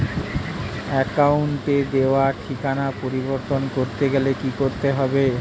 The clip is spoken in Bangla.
অ্যাকাউন্টে দেওয়া ঠিকানা পরিবর্তন করতে গেলে কি করতে হবে?